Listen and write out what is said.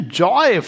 joy